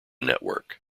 network